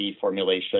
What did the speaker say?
formulation